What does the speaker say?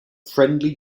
friendly